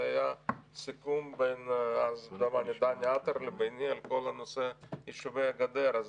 זה סיכום בין אז דני עטר לביני על כל הנושא של יישובי הגדר.